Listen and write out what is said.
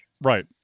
Right